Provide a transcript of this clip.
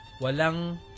Walang